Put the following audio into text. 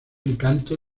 encanto